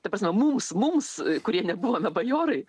ta prasme mums mums kurie nebuvome bajorai